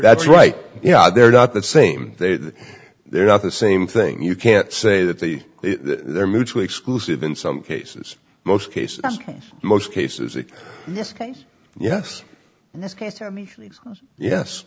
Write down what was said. that's right yeah they're not the same they they're not the same thing you can't say that the they're mutually exclusive in some cases most cases most cases